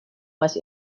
was